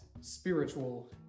spiritual